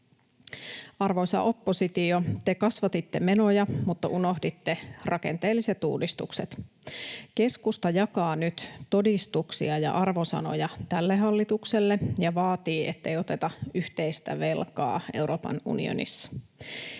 Arvoisa oppositio, te kasvatitte menoja, mutta unohditte rakenteelliset uudistukset. Keskusta jakaa nyt todistuksia ja arvosanoja tälle hallitukselle ja vaatii, ettei oteta yhteistä velkaa Euroopan unionissa.